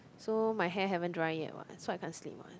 so my hair haven't dry yet what so I can't sleep what